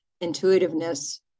intuitiveness